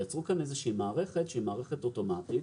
תייצר כאן איזושהי מערכת שהיא מערכת אוטומטית